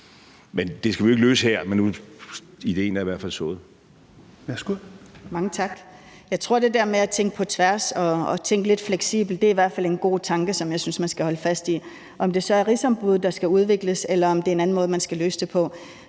Petersen) : Værsgo. Kl. 20:08 Aaja Chemnitz Larsen (IA) : Mange tak. Jeg tror, det der med at tænke på tværs og tænke lidt fleksibelt i hvert fald er en god tanke, som jeg synes man skal holde fast i. Om det så er rigsombuddet, der skal udvikles, eller om det er en anden måde, man skal løse det på,